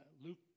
Luke